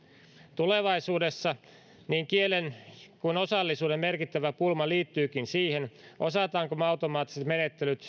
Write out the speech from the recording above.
tulevaisuudessa niin kielen kuin osallisuuden merkittävä pulma liittyykin siihen osaammeko me selittää automaattiset menettelyt